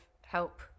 help